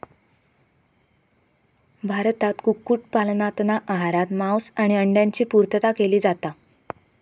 भारतात कुक्कुट पालनातना आहारात मांस आणि अंड्यांची पुर्तता केली जाता